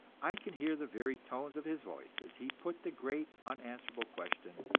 i can hear the very tones of his voice as he put the great unanswerable question